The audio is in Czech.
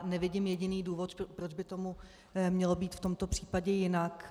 Nevidím jediný důvod, proč by tomu mělo být v tomto případě jinak.